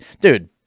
dude